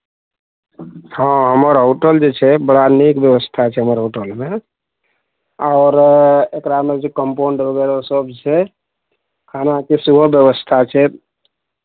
हँ हमर होटल जे छै बड़ा नीक व्यवस्था छै हमर होटलमे आओर एकरामे जे कम्पाउंड वगैरह सभ छै खानाके सेहो व्यवस्था छै